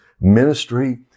ministry